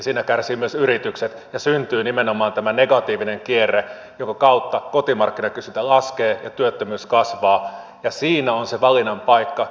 siinä kärsivät myös yritykset ja syntyy nimenomaan tämä negatiivinen kierre jonka kautta kotimarkkinakysyntä laskee ja työttömyys kasvaa ja siinä on se valinnan paikka